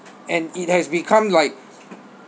and it has become like